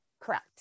Correct